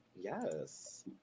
Yes